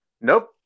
Nope